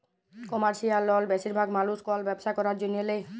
commercial লল বেশিরভাগ মালুস কল ব্যবসা ক্যরার জ্যনহে লেয়